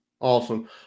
Awesome